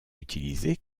utilisé